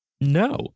No